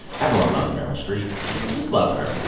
everyone loves meryl streep. we just love her,